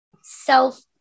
self